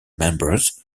members